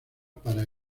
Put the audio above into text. para